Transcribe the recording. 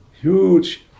huge